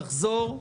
לחזור.